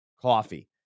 coffee